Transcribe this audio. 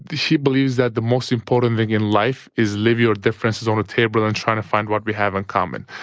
he believes that the most important thing in life is live your differences on a table and trying to find what we have in common.